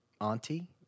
auntie